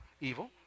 Evil